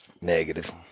Negative